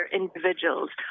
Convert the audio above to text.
individuals